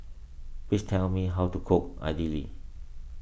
please tell me how to cook Idili